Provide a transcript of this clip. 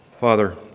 Father